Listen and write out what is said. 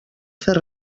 fer